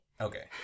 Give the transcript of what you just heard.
Okay